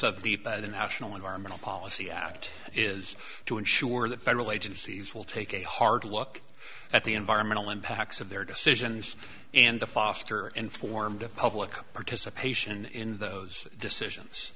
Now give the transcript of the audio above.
of the by the national environmental policy act is to ensure that federal agencies will take a hard look at the environmental impacts of their decisions and to foster informed of public participation in those decisions